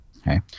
okay